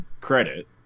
credit